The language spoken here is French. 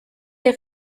les